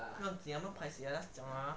不用紧 mai paiseh lah just 讲 lah